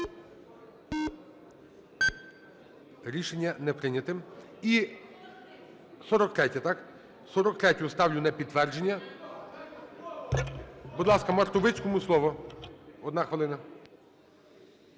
Рішення не прийнято. І 43-я, так? 43-ю ставлю на підтвердження. Будь ласка, Мартовицькому - слово, одна хвилина.